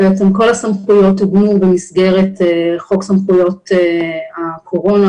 בעצם כל הסמכויות עוגנו במסגרת חוק סמכויות הקורונה,